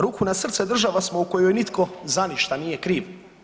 Ruku na srce, država smo u kojoj nitko za ništa nije kriv.